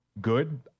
good